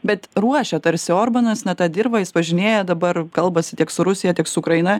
bet ruošia tarsi orbanas na tą dirvą jis važinėja dabar kalbasi tiek su rusija tiek su ukraina